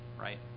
right